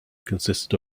consisted